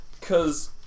Cause